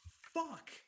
fuck